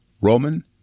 Roman